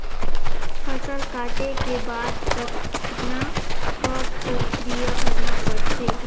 फसल काटे के बाद कतना क प्रक्रिया करना पड़थे?